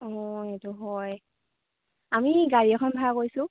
অঁ এইটো হয় আমি গাড়ী এখন ভাড়া কৰিছোঁ